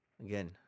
Again